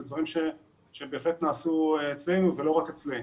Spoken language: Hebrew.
אלה דברים שבהחלט נעשו אצלנו ולא רק אצלם.